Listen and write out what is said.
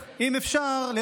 סבתא, יש לי